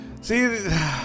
See